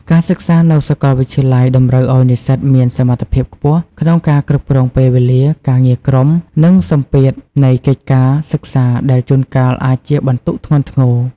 ការសិក្សានៅសាកលវិទ្យាល័យតម្រូវឱ្យនិស្សិតមានសមត្ថភាពខ្ពស់ក្នុងការគ្រប់គ្រងពេលវេលា ការងារក្រុម និងសម្ពាធនៃកិច្ចការសិក្សាដែលជួនកាលអាចជាបន្ទុកធ្ងន់ធ្ងរ។